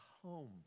Home